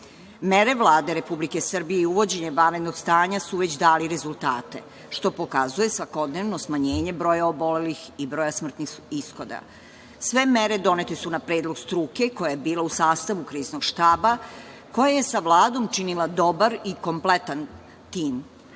zna. Mere Vlade Republike Srbije i uvođenje vanrednog stanja su već dali rezultate, što pokazuje svakodnevno smanjenje broja obolelih i broja smrtnih ishoda. Sve mere donete su na predlog struke koja je bila u sastavu Kriznog štaba, koja je sa Vladom činila dobar i kompletan tim.